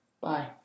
Bye